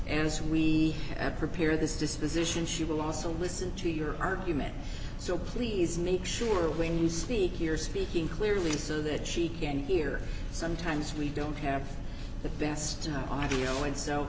as we prepare this disposition she will also listen to your argument so please make sure when you speak here speaking clearly so that she can hear sometimes we don't have the best audio and so